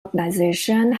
organisation